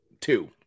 Two